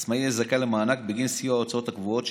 עצמאי יהיה זכאי למענק בגין סיוע ההוצאות הקבועות,